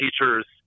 teachers